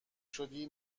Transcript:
شدی